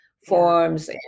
forms